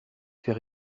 fait